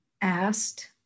asked